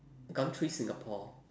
gumtree singapore